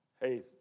Hey